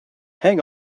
hang